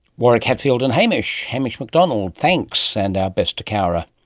warwick hadfield and hamish hamish macdonald, thanks, and our best to cowra.